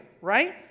right